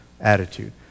attitude